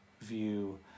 view